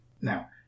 Now